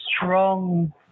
strong